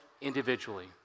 individually